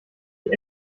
die